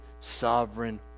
sovereign